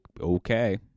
Okay